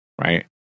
Right